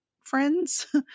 friends